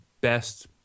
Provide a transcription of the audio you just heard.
best